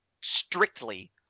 strictly